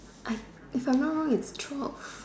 I if I'm not wrong is twelve